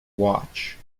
watch